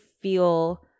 feel